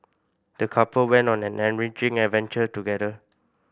the couple went on an enriching adventure together